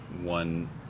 one